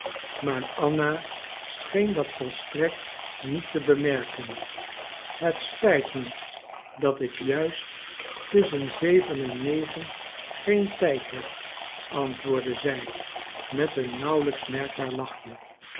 maar anna scheen dat volstrekt niet te bemerken het spijt me dat ik juist tusschen zeven en negen geen tijd heb antwoordde zij met een nauwelijks merkbaar lachje